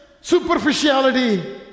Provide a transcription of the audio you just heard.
superficiality